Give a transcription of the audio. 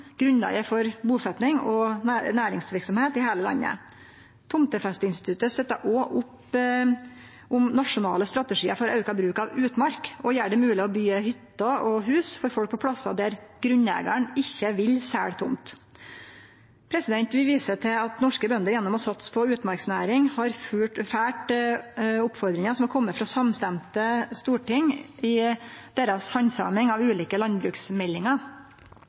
grunnlaget for busetnad og næringsverksemd i heile landet. Tomtefesteinstituttet støttar òg opp om nasjonale strategiar for auka bruk av utmark og gjer det mogleg å byggje hytter og hus for folk på plassar der grunneigaren ikkje vil selje tomt. Vi viser til at norske bønder gjennom å satse på utmarksnæring har følgt oppmodinga som er komen frå samstemte storting i handsaminga deira av ulike landbruksmeldingar.